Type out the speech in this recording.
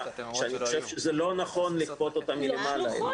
זה לא נכון לכפות את זה מלמעלה.